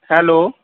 hello